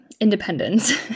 Independence